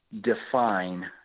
define